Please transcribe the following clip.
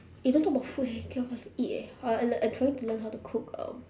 eh don't talk about food eh cannot even eat eh I I trying learn how to cook um